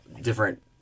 different